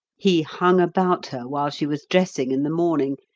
he hung about her while she was dressing in the morning.